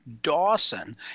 Dawson